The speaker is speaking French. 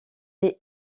est